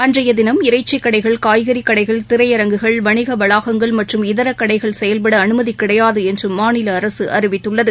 அன்றையதினம் இறைச்சிக் கடைகள் காய்கறிக் கடைகள் திரையரங்குகள் வணிகவளாகங்கள் மற்றும் இதரகடைகள் செயல்படஅனுமதிகிடையாதுஎன்றுமாநிலஅரசுஅறிவித்துள்ளது